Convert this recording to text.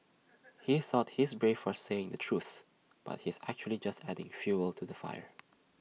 he thought he's brave for saying the truth but he's actually just adding fuel to the fire